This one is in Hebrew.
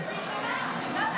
שנה?